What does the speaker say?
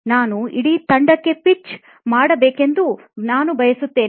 ನಾನು ಇಡೀ ತಂಡಕ್ಕೆ ಪಿಚ್ ಮಾಡಬಹುದೆಂದು ನಾನು ಬಯಸುತ್ತೇನೆ